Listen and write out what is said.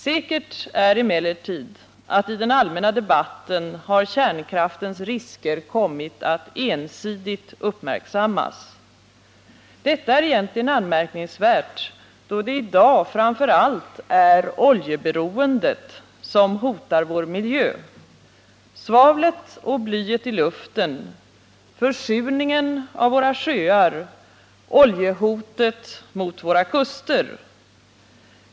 Säkert är emellertid att i den allmänna debatten har kärnkraftens risker kommit att ensidigt uppmärksammas. Detta är egentligen anmärkningsvärt, då det i dag framför allt är oljeberoendet som hotar vår miljö: svavlet och blyet i luften, försurningen av våra sjöar, oljehotet mot våra kuster.